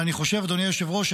אדוני היושב-ראש,